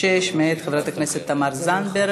התשע"ז 2017, שהחזירה ועדת הפנים והגנת הסביבה.